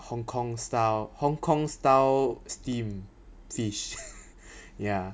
hong-kong style hong-kong style steam fish ya